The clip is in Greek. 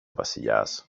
βασιλιάς